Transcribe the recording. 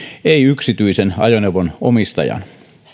ei yksityisen ajoneuvon omistajan